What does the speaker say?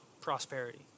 prosperity